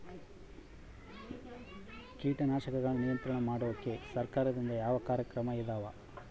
ಕೇಟನಾಶಕಗಳ ನಿಯಂತ್ರಣ ಮಾಡೋಕೆ ಸರಕಾರದಿಂದ ಯಾವ ಕಾರ್ಯಕ್ರಮ ಇದಾವ?